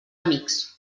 amics